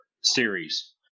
series